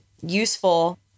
useful